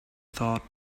thought